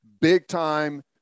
big-time